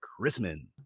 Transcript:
Chrisman